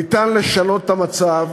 ניתן לשנות את המצב,